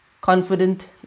confident